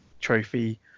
trophy